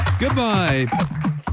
Goodbye